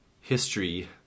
history